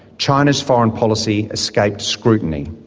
china's foreign policy escaped scrutiny.